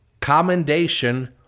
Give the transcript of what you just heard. commendation